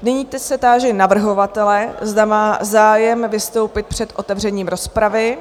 Nyní se táži navrhovatele, zda má zájem vystoupit před otevřením rozpravy?